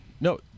No